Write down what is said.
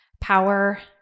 power